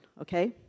Okay